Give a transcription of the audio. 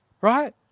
right